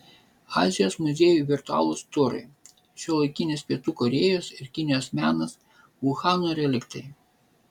azijos muziejų virtualūs turai šiuolaikinis pietų korėjos ir kinijos menas uhano reliktai